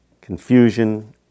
confusion